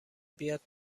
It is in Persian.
بیاد